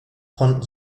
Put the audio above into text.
von